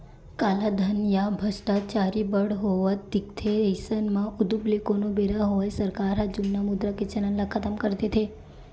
कालाधन या भस्टाचारी बड़ होवत दिखथे अइसन म उदुप ले कोनो बेरा होवय सरकार ह जुन्ना मुद्रा के चलन ल खतम कर देथे